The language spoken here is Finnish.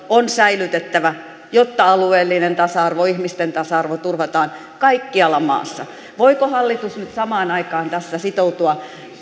on säilytettävä jotta alueellinen tasa arvo ihmisten tasa arvo turvataan kaikkialla maassa voiko hallitus nyt samaan aikaan tässä sitoutua